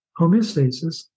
homeostasis